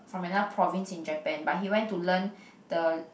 from another province in Japan but he went to learn the